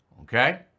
okay